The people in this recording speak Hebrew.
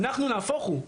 נהפוך הוא,